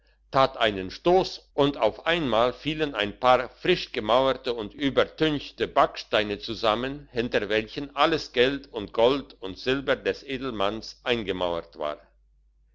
tat einen stoss und auf einmal fielen ein paar frisch gemauerte und übertünchte backsteine zusammen hinter welchen alles geld und gold und silber des edelmannes eingemauert war